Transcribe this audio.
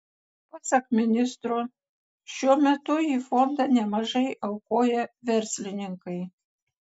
pasak ministro šiuo metu į fondą nemažai aukoja verslininkai